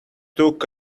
took